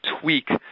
tweak